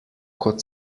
kot